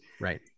Right